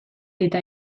eta